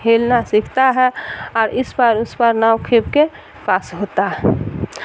کھیلنا سیکھتا ہے اور اس پر اس پر ناؤ کھیپ کے پاس ہوتا ہے